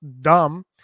dumb